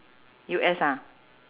U_S ah